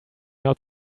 not